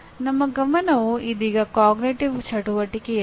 ನಮ್ಮ ಗಮನವು ಇದೀಗ ಅರಿವಿನ ಚಟುವಟಿಕೆಯಲ್ಲಿದೆ